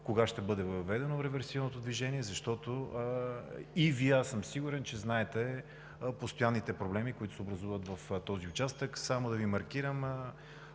кога ще бъде въведено реверсивното движение? Защото аз съм сигурен, че и Вие знаете постоянните проблеми, които се образуват в този участък. Само да Ви маркирам: